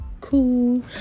cool